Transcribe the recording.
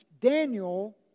Daniel